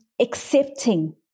accepting